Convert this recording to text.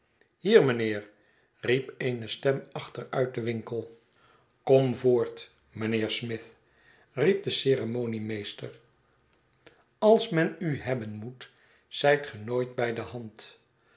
hier mijnheer i riep eene stem achter uit den winkel kom voort mijnheer smith riep de ceremoniemeester als men u hebben moet zijt ge nooit bij dehand